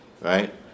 Right